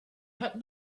had